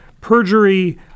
perjury